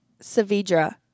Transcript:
Savidra